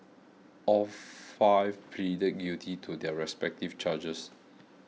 all five pleaded guilty to their respective charges